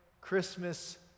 Christmas